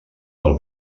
del